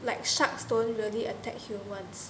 like shark don't really attack humans